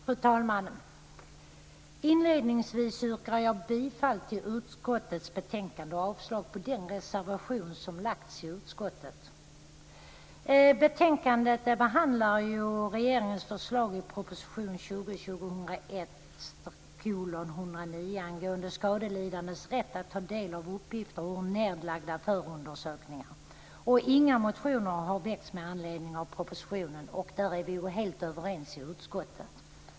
Fru talman! Inledningsvis yrkar jag bifall till utskottets förslag i betänkandet och avslag på reservationen. Inga motioner har väckts med anledning av propositionen. Där är vi alltså helt överens i utskottet.